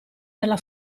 della